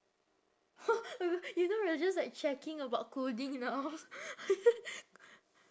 you know we are just like checking about clothing now